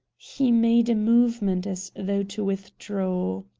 he made a movement as though to withdraw.